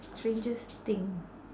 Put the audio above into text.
strangest thing